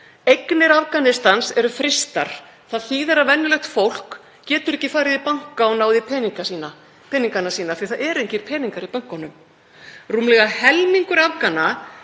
Eignir Afganistans eru frystar. Það þýðir að venjulegt fólk getur ekki farið í banka og náð í peningana sína af því að það eru engir peningar í bönkunum. Rúmlega helmingur Afgana,